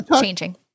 changing